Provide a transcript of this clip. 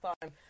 time